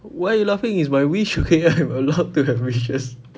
why you laughing it's my wish okay I'm allowed to have wishes